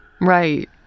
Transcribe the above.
Right